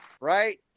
Right